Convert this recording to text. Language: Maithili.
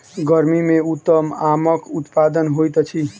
गर्मी मे उत्तम आमक उत्पादन होइत अछि